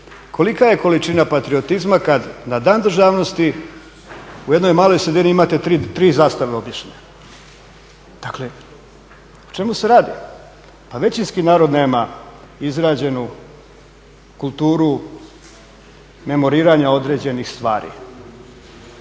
Kolika je količina patriotizma kad na Dan državnosti u jednoj maloj sredini imate 3 zastave obješene? Dakle o čemu se radi. Pa većinski narod nema izrađenu kulturu memoriranja određenih stvari.